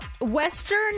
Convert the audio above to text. Western